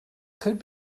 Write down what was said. could